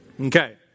Okay